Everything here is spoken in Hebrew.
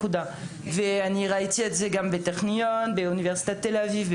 ראיתי את זה גם בטכניון ובאוניברסיטת תל-אביב.